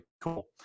cool